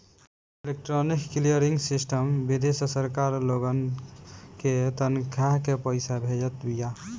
electronic clearing system विधि से सरकार लोगन के तनखा के पईसा भेजत बिया